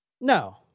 No